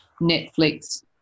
Netflix